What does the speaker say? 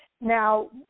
Now